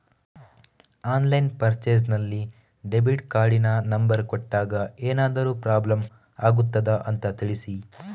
Online purchase ನಲ್ಲಿ debit ಕಾರ್ಡಿನ number ಕೊಟ್ಟಾಗ ಏನಾದರೂ ಪ್ರಾಬ್ಲಮ್ ಆಗುತ್ತದ ಅಂತ ತಿಳಿಸಿ?